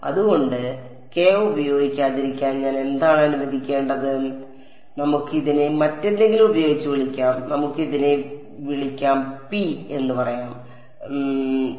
അതുകൊണ്ട് k ഉപയോഗിക്കാതിരിക്കാൻ ഞാൻ എന്താണ് അനുവദിക്കേണ്ടത് നമുക്ക് ഇതിനെ മറ്റെന്തെങ്കിലും ഉപയോഗിച്ച് വിളിക്കാം നമുക്ക് ഇതിനെ വിളിക്കാം p എന്ന് പറയാം നമുക്ക് ഇതിനെ p എന്ന് വിളിക്കാം